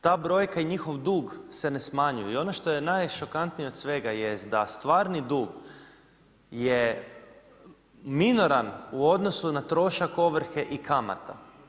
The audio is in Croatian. Ta brojka i njihov dug se ne smanjuju i ono što je najšokantnije od svega jest da stvarni dug je minoran u odnosu na trošak ovrhe i kamata.